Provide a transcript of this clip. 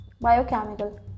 biochemical